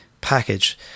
package